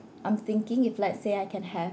I'm thinking if let's say I can have